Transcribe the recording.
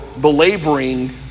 belaboring